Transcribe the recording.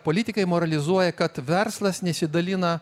politikai moralizuoja kad verslas nesidalina